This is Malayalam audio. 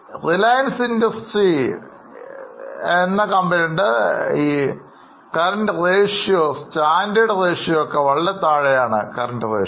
റിലയൻസ് Industry സ്റ്റാൻഡേർഡ് റേഷ്യോയേക്കാൾ വളരെ കുറവാണ് കറൻറ് റേഷ്യോ